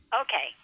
Okay